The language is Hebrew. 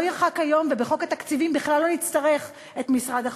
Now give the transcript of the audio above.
לא ירחק היום ובחוק התקציב בכלל לא נצטרך את משרד החקלאות.